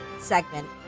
segment